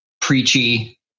preachy